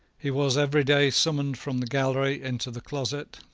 he was every day summoned from the gallery into the closet,